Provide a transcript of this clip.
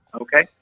Okay